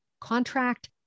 contract